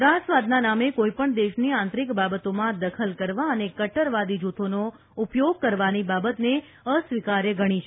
ત્રાસવાદના નામે કોઇપણ દેશની આંતરિક બાબતોમાં દખલ કરવા અને કટ્ટરવાદી જૂથોનો ઉપયોગ કરવાની બાબતને અસ્વીકાર્ય ગણી છે